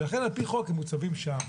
ולכן על פי חוק הם מוצבים שם.